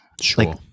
Sure